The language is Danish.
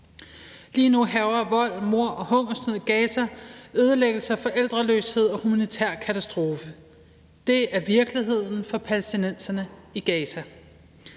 Lige nu hærger vold, mord og hungersnød i Gaza, ødelæggelse, forældreløshed og humanitær katastrofe. Det er virkeligheden for palæstinenserne i Gaza.